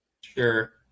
Sure